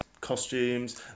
costumes